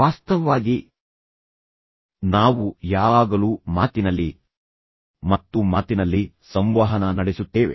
ವಾಸ್ತವವಾಗಿ ನಾವು ಯಾವಾಗಲೂ ಮಾತಿನಲ್ಲಿ ಮತ್ತು ಮಾತಿನಲ್ಲಿ ಸಂವಹನ ನಡೆಸುತ್ತೇವೆ